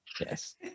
Yes